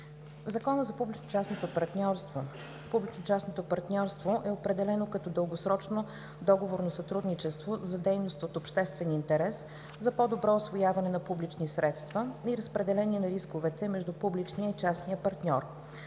партньорство: публично-частното партньорство е определено като дългосрочно договорно сътрудничество за дейност от обществен интерес за по-добро усвояване на публични средства и разпределение на рисковете между публичния и частния партньор,